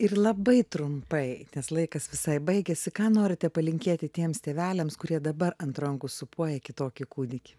ir labai trumpai nes laikas visai baigiasi ką norite palinkėti tiems tėveliams kurie dabar ant rankų sūpuoja kitokį kūdikį